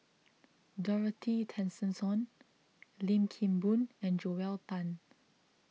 Dorothy Tessensohn Lim Kim Boon and Joel Tan